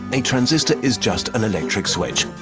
a transistor is just an electric switch.